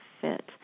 fit